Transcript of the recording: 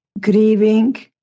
grieving